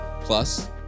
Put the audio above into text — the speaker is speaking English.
Plus